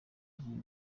ryiwe